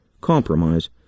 Compromise